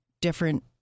different